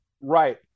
right